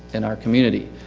in our community.